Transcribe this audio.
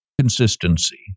consistency